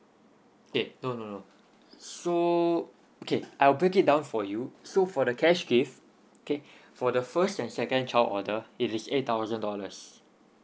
okay no no no so okay I'll break it down for you so for the cash gift okay for the first and second child order it is eight thousand dollars